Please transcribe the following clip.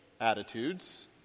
attitudes